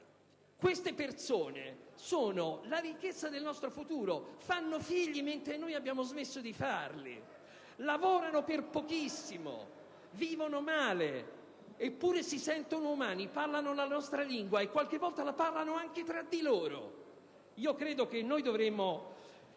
Queste persone sono la ricchezza del nostro futuro: fanno figli mentre noi abbiamo smesso di farli; lavorano per pochissimo, vivono male eppure si sentono umani; parlano la nostra lingua e qualche volta la parlano anche tra di loro. Credo che nei confronti